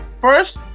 First